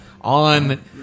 On